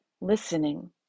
listening